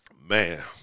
Man